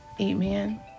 Amen